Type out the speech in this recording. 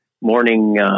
morning